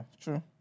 true